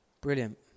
Brilliant